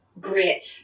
grit